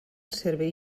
servei